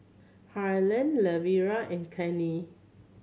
Harlan Lavera and Cannie